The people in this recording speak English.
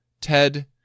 TED